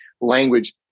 language